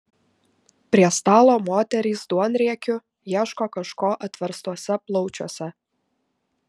prie stalo moterys duonriekiu ieško kažko atverstuose plaučiuose